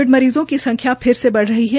Covid मरीजों की संख्या फिर से बढ़ रही है